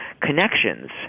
connections